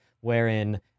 wherein